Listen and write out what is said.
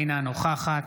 אינה נוכחת